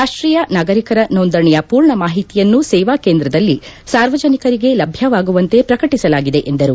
ರಾಷ್ಷೀಯ ನಾಗರಿಕರ ನೋಂದಣಿಯ ಪೂರ್ಣ ಮಾಹಿತಿಯನ್ನು ಸೇವಾ ಕೇಂದ್ರದಲ್ಲಿ ಸಾರ್ವಜನಿಕರಿಗೆ ಲಭ್ಞವಾಗುವಂತೆ ಪ್ರಕಟಸಲಾಗಿದೆ ಎಂದರು